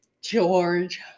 George